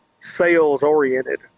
sales-oriented